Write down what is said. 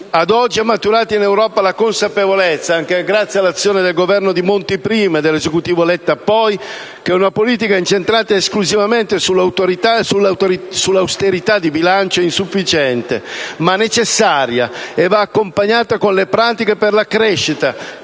Oggi è maturata in Europa la consapevolezza, grazie anche all'azione del Governo Monti prima e dell'Esecutivo Letta poi, che una politica incentrata esclusivamente sull'autorità e sull'austerità di bilancio è insufficiente ma necessaria e va accompagnata con le pratiche per la crescita